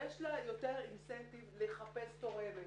יש לה יותר אינסנטיב לחפש תורמת